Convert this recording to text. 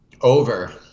Over